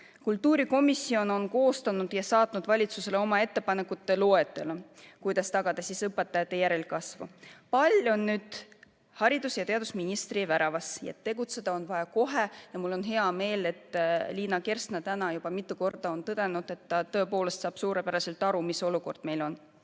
Kultuurikomisjon on koostanud ja saatnud valitsusele oma ettepanekute loetelu, kuidas tagada õpetajate järelkasvu. Pall on nüüd haridus‑ ja teadusministri väravas ning tegutseda on vaja kohe. Mul on hea meel, et Liina Kersna on täna juba mitu korda tõdenud, et ta tõepoolest saab suurepäraselt aru, mis olukord meil on.